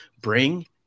bring